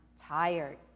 tired